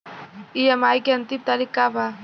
EMI के अंतिम तारीख का बा?